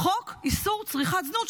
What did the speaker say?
חוק איסור צריכת זנות,